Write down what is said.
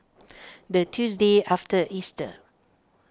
the Tuesday after Easter